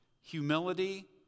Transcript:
humility